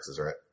right